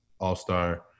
all-star